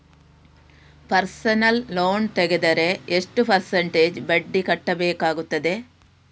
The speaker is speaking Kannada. ಪರ್ಸನಲ್ ಲೋನ್ ತೆಗೆದರೆ ಎಷ್ಟು ಪರ್ಸೆಂಟೇಜ್ ಬಡ್ಡಿ ಕಟ್ಟಬೇಕಾಗುತ್ತದೆ?